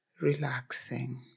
relaxing